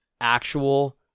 actual